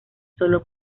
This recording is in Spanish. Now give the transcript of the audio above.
solo